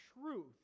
truth